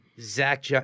Zach